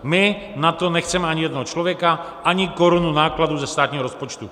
My na to nechceme ani jednoho člověka, ani korunu nákladů ze státního rozpočtu.